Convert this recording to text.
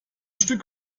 stück